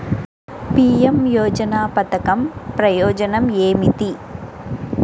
PM యోజన పధకం ప్రయోజనం ఏమితి?